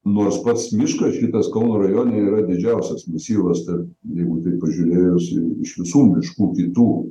nors pats miškas šitas kauno rajone yra didžiausias masyvas tarp jeigu pažiūrėjus iš visų miškų kitų